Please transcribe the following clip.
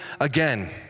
again